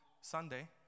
Sunday